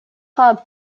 have